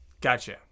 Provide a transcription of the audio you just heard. Gotcha